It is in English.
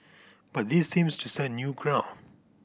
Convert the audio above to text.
but this seems to set new ground